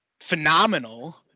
phenomenal